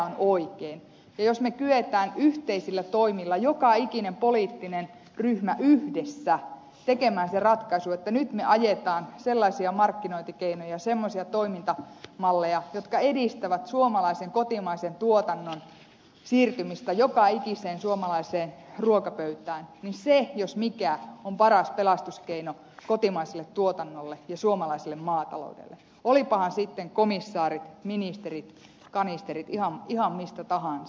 ja jos me kykenemme yhteisillä toimilla joka ikinen poliittinen ryhmä yhdessä tekemään sen ratkaisun että nyt me ajamme sellaisia markkinointikeinoja semmoisia toimintamalleja jotka edistävät suomalaisen kotimaisen tuotannon siirtymistä joka ikiseen suomalaiseen ruokapöytään niin se jos mikä on paras pelastuskeino kotimaiselle tuotannolle ja suomalaiselle maataloudelle olivatpahan sitten komissaarit ministerit kanisterit ihan mistä tahansa